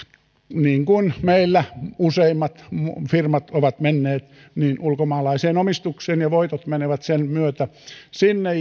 niin kuin meillä useimmat firmat ovat menneet ulkomaalaiseen omistukseen ja voitot menevät sen myötä sinne